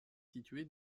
située